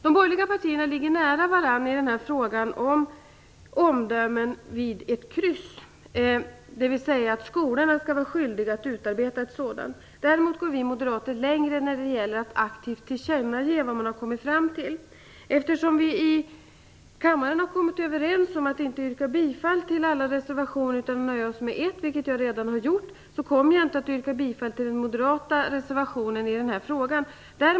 De borgerliga partierna ligger nära varandra i frågan om omdömen vid ett kryss, dvs. att skolorna skall vara skyldiga att utarbeta ett sådant. Däremot går vi moderater längre när det gäller att aktivt tillkännage vad man har kommit fram till. Eftersom vi i kammaren har kommit överens om att inte yrka bifall till alla reservationer utan nöja oss med en, vilken jag redan har yrkat bifall till, kommer jag inte att yrka bifall till den moderata reservationen i den här frågan.